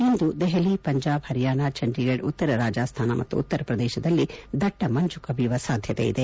ಇಂದು ದೆಹಲಿ ಪಂಜಾಬ್ ಹರಿಯಾಣಾ ಚಂಡೀಗಢ್ ಉತ್ತರ ರಾಜಸ್ತಾನ ಮತ್ತು ಉತ್ತರ ಪ್ರದೇಶದಲ್ಲಿ ದಟ್ಟ ಮಂಜು ಕವಿಯುವ ಸಾಧ್ಯತೆ ಇದೆ